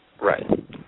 Right